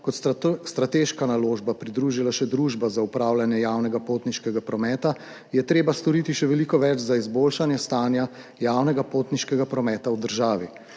kot strateška naložba pridružila še Družba za upravljanje javnega potniškega prometa, je treba storiti še veliko več za izboljšanje stanja javnega potniškega prometa v državi,